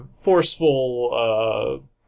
forceful